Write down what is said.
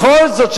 בכל זאת,